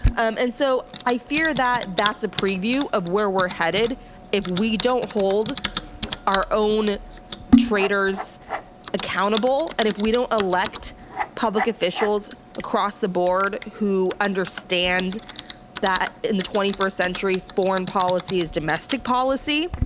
um and so i fear that, that's a preview of where we're headed if we don't hold our own traders accountable. and if we don't elect public officials across the board who understand that in the twenty first century foreign policy is domestic policy,